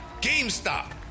GameStop